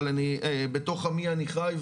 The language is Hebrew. אבל אני בתוך עמי אני חי,